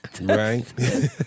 Right